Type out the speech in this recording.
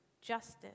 justice